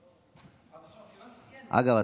אגב,